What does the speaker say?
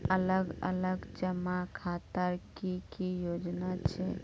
अलग अलग जमा खातार की की योजना छे?